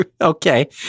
Okay